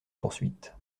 poursuite